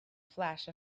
flash